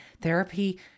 Therapy